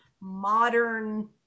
modern